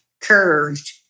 curved